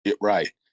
Right